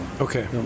Okay